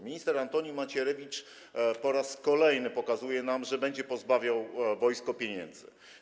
Minister Antoni Macierewicz po raz kolejny pokazuje nam, że będzie pozbawiał wojsko pieniędzy.